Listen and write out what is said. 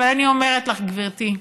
אבל אני אומרת לך, גברתי,